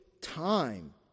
time